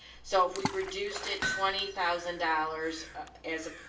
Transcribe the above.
so if we reduced it twenty thousand dollars as a, ah,